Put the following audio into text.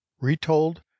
Retold